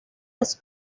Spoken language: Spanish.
los